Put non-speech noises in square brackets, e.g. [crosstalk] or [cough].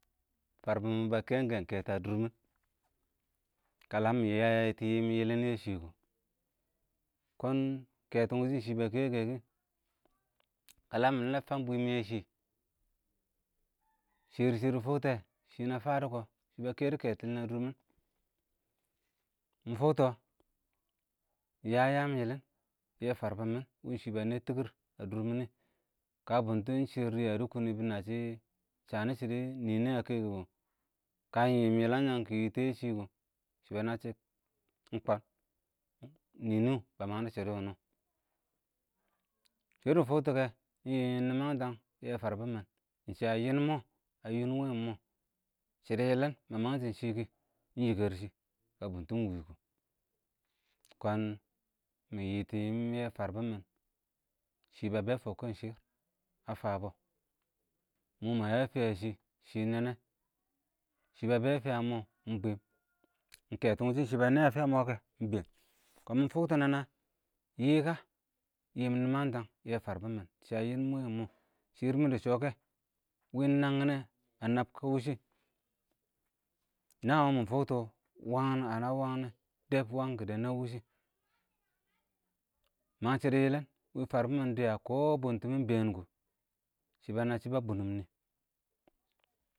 fərbɪn mɪ bə kɛkɛ kɛtɔ ə mɪn kə ləm mɪ yɪtɔ yɪɪn yɪlɪm yɛshɪ kʊ, kɔɔn kɛtɔn təshɔ wʊshɪ bəkɛkɛ, kələn mɪ nə məng bwɪn yɛ shɪ, kʊ [noise] shɪrr shɪ dɪ fʊktɛ shɪ nə fədɔ kɔ, shɪ bə kɛrɪ kɛtɔ ə dʊrmɪn mɪ fʊktɔ ɪng yəə yaəən yɪlɪn yɛ fərbɪn mɪn ɪng shɪ nɛ tɪkɪr ə dʊrmɪn, kə bʊntɪr shɪr dɪya dɪ kʊnɪ bɪ shənɪ shɪdɔ ɪng nɪnɪ ə kɛ-kɛ kɔ, kə ɪng yɪɪm yɪləng shən kɪ məng tɔ yɛ shɪ kɔ, shɪ bənɛshɛ ɪng kɔɔn, nɪ nɔ bə məng dɔ shɪdɔ wʊnʊ, [noise] shɪ dɔ bɪ fʊk tʊ kɛ, yɪ yɪɪm yɪləng shən yɛ fərbɪn mɪn kɛ, ɪng shɪ ə yɪm mɔ, ə yɪɪm ɪng mɔ wɛ, shɪdɔ yɪlɪm mɪ məngshɪm shɪ kɛ, dɪ yɪkɛr shɪ, bə bʊndʊ wɪkɛ, kʊn mɪ yɪtɔ yɪɪm yɛ fərbɪn mɪn, shɪ bə bɛ fʊkkɪn shɪr, ə fə bɔ, [noise] mɔ mə yə fɪ yə shɪ, shɪ nɛ nɛ, shɪ bə bɛ fɪyə mɔɔ, ɪng bɛɛn ɪng kɛtɪn təshɔ shɪ bə nwə ə fɪyə mɔ kɛ, ɪng bɛɛn [noise] kɔɔn mɪ fʊktɔ nənə yɪ kə, yɪɪm nɪməng shə yɛ fərbɪn mɪn, shɪr mɪ dɪshɔ kɛ, wɪɪn ɪng nənghɪ yɛ, ə nəəb wɪshɪ, [noise] nəən wɪɪ mɪ fʊktɔ, wəng ə nəən wəng yɛ, dɛb wəng kɪdɪ nɛ shɪ, [noise] məng shɪ dɪ yɪlɪn wɪn fərbɪn dɪyə kɔɔ bʊntʊmɪn ɪng bɛɛn kʊ, shɪ bə nə shɪ bə bʊnʊm nɪɪ. [noise]